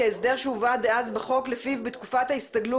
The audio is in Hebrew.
ההסדר שהובא דאז בחוק לפיו בתקופת ההסתגלות